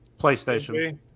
PlayStation